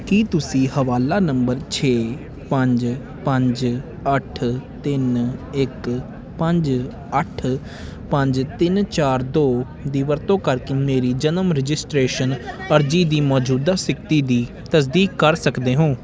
ਕੀ ਤੁਸੀਂ ਹਵਾਲਾ ਨੰਬਰ ਛੇ ਪੰਜ ਪੰਜ ਅੱਠ ਤਿੰਨ ਇੱਕ ਪੰਜ ਅੱਠ ਪੰਜ ਤਿੰਨ ਚਾਰ ਦੋ ਦੀ ਵਰਤੋਂ ਕਰਕੇ ਮੇਰੀ ਜਨਮ ਰਜਿਸਟ੍ਰੇਸ਼ਨ ਅਰਜ਼ੀ ਦੀ ਮੌਜੂਦਾ ਸਥਿਤੀ ਦੀ ਤਸਦੀਕ ਕਰ ਸਕਦੇ ਹੋ